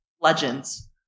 Legends